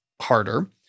Harder